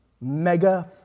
mega